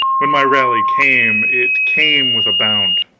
when my rally came, it came with a bound.